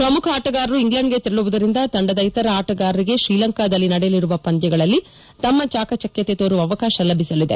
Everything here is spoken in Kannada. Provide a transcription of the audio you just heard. ಪ್ರಮುಖ ಆಣಗಾರರು ಇಂಗ್ಲೆಂಡ್ಗೆ ತೆರಳುವುದರಿಂದ ತಂಡದ ಇತರ ಆಣಗಾರರಿಗೆ ಶ್ರೀಲಂಕಾದಲ್ಲಿ ನಡೆಯಲಿರುವ ಪಂದ್ಯಗಳಲ್ಲಿ ತಮ್ಮ ಚಾಕಚಕ್ಯತೆ ತೋರುವ ಅವಕಾಶ ಲಭಿಸಲಿದೆ